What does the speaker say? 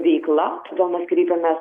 veikla todėl mes kreipėmės